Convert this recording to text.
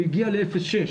הוא הגיע ל-0.6.